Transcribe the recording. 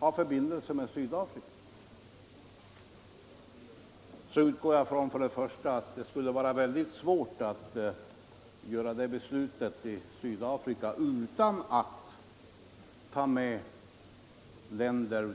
ha förbindelse med Sydafrika, utgår jag ifrån att man först och främst måste ha klart för sig att andra länder med likartade problem måste innefattas i en sådan lagstiftning.